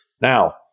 Now